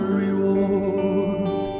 reward